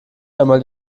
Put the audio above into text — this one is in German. einmal